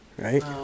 Right